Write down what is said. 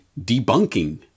debunking